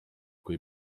kui